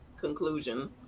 conclusion